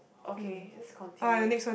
okay let's continue